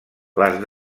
les